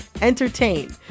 entertain